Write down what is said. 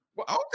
Okay